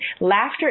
Laughter